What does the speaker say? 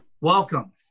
Welcome